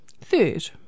Third